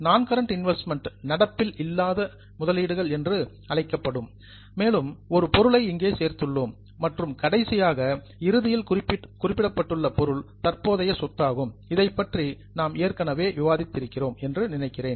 நான் current investments நடப்பில் இல்லாத முதலீடுகள் என்று அழைக்கப்படும் மேலும் ஒரு பொருளை இங்கே சேர்த்துள்ளோம் மற்றும் கடைசியாக இறுதியில் குறிப்பிட்டுள்ள பொருள் தற்போதைய சொத்தாகும் இதைப்பற்றி நாம் ஏற்கனவே விவாதித்திருக்கிறோம் என்று நினைக்கிறேன்